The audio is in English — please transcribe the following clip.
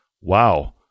wow